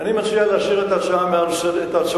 אני מציע להסיר את ההצעות מסדר-היום.